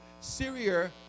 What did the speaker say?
Syria